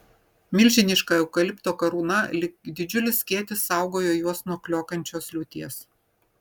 milžiniška eukalipto karūna lyg didžiulis skėtis saugojo juos nuo kliokiančios liūties